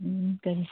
ꯎꯝ ꯀꯔꯤ